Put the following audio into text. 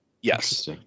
Yes